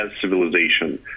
civilization